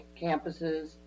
campuses